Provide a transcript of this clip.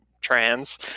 trans